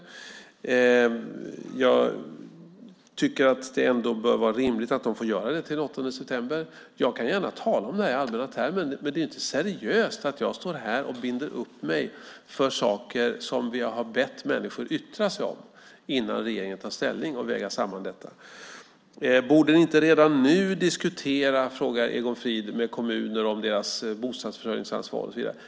Jag tycker att det bör vara rimligt att de får göra det till den 8 september. Jag kan gärna tala om det här i allmänna termer, men det vore ju inte seriöst om jag skulle stå här och binda upp mig för saker som vi har bett människor att yttra sig om innan regeringen tar ställning. Egon Frid frågar: Borde ni inte redan nu diskutera med kommuner om deras bostadsförsörjningsansvar?